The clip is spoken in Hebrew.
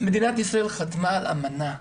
מדינת ישראל חתמה על אמנה להילחם,